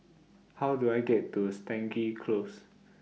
How Do I get to Stangee Close